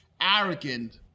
arrogant